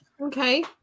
Okay